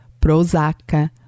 Prozac